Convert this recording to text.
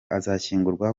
azashyingurwa